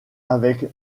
avec